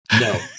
No